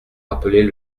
rappeler